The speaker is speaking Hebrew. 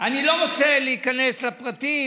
אני לא רוצה להיכנס לפרטים,